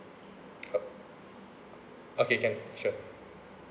oh okay can sure